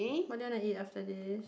what do you wanna eat after this